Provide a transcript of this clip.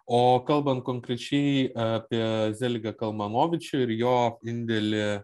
o kalbant konkrečiai apie zeligą kalmanovičių ir jo indėlį